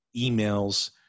emails